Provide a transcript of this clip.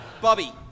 Bobby